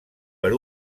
per